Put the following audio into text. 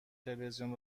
تلویزیون